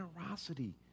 generosity